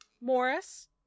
Morris